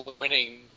winning